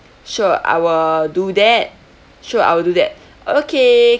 sure I will do that sure I will do that okay